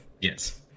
Yes